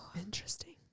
interesting